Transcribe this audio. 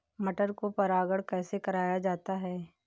मटर को परागण कैसे कराया जाता है?